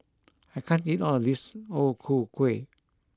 I can't eat all this O Ku Kueh